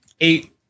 eight